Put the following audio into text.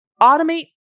automate